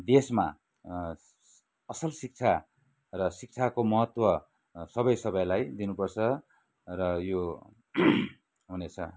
देशमा असल शिक्षा र शिक्षाको महत्त्व सबै सबैलाई दिनुपर्छ र यो हुनेछ